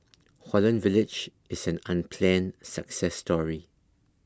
Holland Village is an unplanned success story